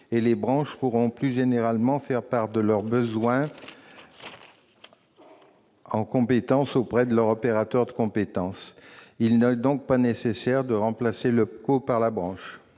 et les branches pourront, plus généralement, faire part de leurs besoins en compétences auprès de leur opérateur de compétences. Il n'est donc pas nécessaire de remplacer l'OPCO par la branche.